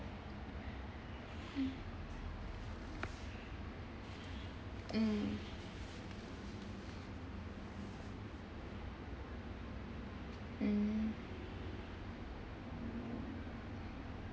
mm mm